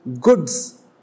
goods